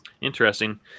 Interesting